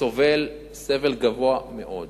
סובל סבל רב מאוד